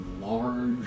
large